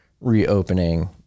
reopening